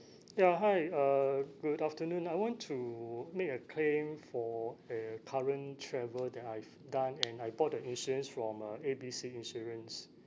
ya hi uh good afternoon I want to make a claim for a current travel that I've done and I bought the insurance from uh A B C insurance